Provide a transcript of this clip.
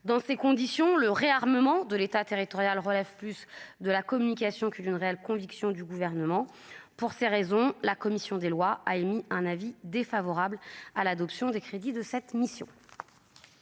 dans ces conditions, le réarmement de l'État territorial relève plus de la communication qu'une réelle conviction du gouvernement pour ces raisons, la commission des lois a émis un avis défavorable à l'adoption des crédits de cette mission.